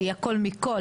שהיא הכול מכול,